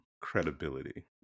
credibility